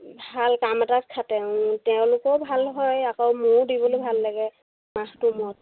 ভাল কাম এটাত খাটে তেওঁলোকেও ভাল হয় আকৌ ময়ো দিবলৈ ভাল লাগে মাহটো মূৰত